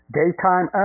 daytime